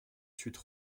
suite